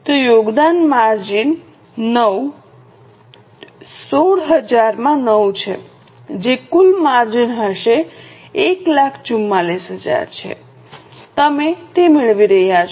તો યોગદાન માર્જિન 9 16000 માં 9 છે જે કુલ માર્જિન હશે જે 144000 છે તમે તે મેળવી રહ્યા છો